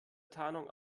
tarnung